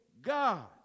God